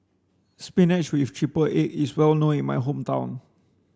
Spinach with triple egg is well known in my hometown